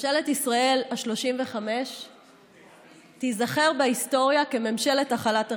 ממשלת ישראל השלושים-וחמש תיזכר בהיסטוריה כממשלת החלת הריבונות.